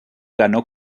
ganó